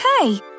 okay